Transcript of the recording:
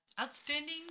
Outstanding